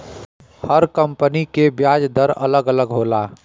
हर company के बियाज दर अलग अलग होला